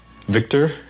Victor